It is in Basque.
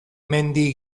mendi